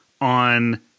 on